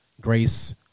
grace